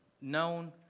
known